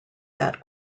that